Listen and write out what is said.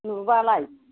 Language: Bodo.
नुयोबालाय